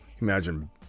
Imagine